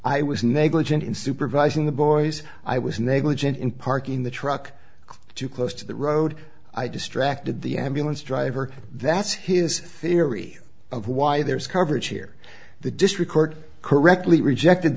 i was negligent in supervising the boys i was negligent in parking the truck too close to the road i distracted the ambulance driver that's his theory of why there's coverage here the district court correctly rejected